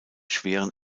schweren